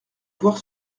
voir